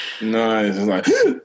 nice